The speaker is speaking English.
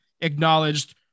acknowledged